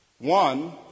One